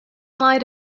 might